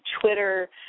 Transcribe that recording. Twitter